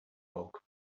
bulk